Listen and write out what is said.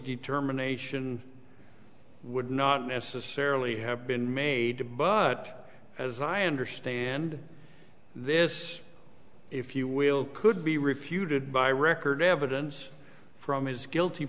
determination would not necessarily have been made but as i understand this if you will could be refuted by record evidence from his guilty